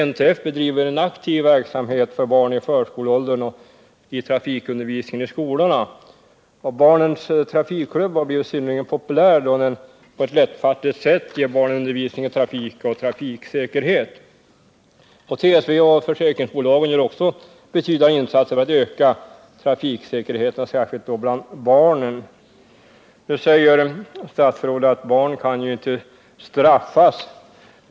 NTF bedriver en aktiv verksamhet för barn i förskoleåldern och ger trafikundervisning i skolorna. Barnens trafikklubb har blivit synnerligen populär. Den ger på ett lättfattligt sätt barnen undervisning i trafiksäkerhet. Trafiksäkerhetsverket och försäkringsbolagen gör också betydande insatser för att öka trafiksäkerheten, särskilt bland barnen. Nu säger statsrådet att barn inte kan straffas.